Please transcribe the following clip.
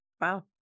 Wow